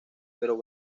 pero